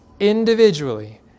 individually